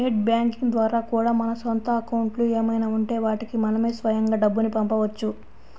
net banking ద్వారా కూడా మన సొంత అకౌంట్లు ఏమైనా ఉంటే వాటికి మనమే స్వయంగా డబ్బుని పంపవచ్చు